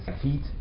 heat